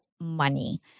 money